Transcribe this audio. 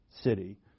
city